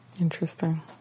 interesting